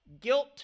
Guilt